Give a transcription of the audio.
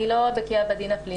אני לא בקיאה בדין הפלילי.